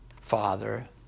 Father